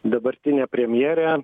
dabartinė premjerė